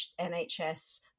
NHS